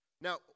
Now